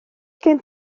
gen